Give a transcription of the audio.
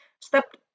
step